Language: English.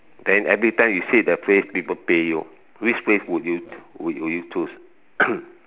then every time you say that phrase people pay you which phrase would you would would you choose